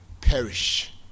perish